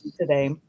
Today